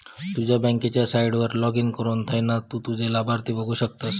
तुझ्या बँकेच्या साईटवर लाॅगिन करुन थयना तु तुझे लाभार्थी बघु शकतस